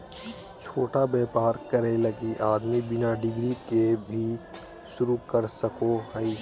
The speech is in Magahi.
छोटा व्यापर करे लगी आदमी बिना डिग्री के भी शरू कर सको हइ